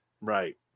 Right